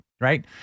Right